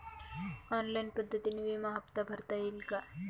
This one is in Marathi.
ऑनलाईन पद्धतीने विमा हफ्ता भरता येईल का?